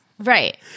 Right